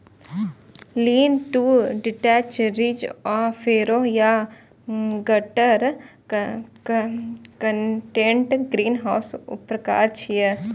lean to detached, ridge आ furrow या gutter connected ग्रीनहाउसक प्रकार छियै